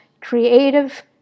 creative